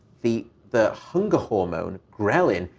the the hunger hormone, ghrelin,